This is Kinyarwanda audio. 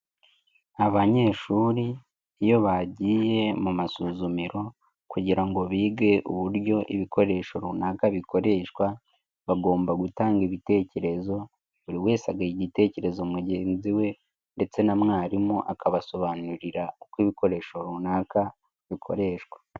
Abanyeshuri iyo bagiye mu masuzumiro kugira ngo bige uburyo ibikoresho runaka bikoreshwa, bagomba gutanga ibitekerezo, buri wese agaha igitekerezo mugenzi we ndetse na mwarimu akabasobanurira, uko ibikoresho runaka bikoreshwa.